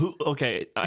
okay